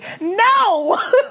no